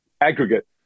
aggregate